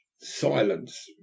silence